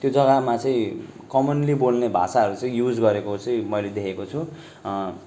त्यो जगामा चाहिँ कमनली बोल्ने भाषाहरू चाहिँ युज गरेको चाहिँ मैले देखेको छु